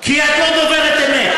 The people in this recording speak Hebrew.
כי את לא דוברת אמת,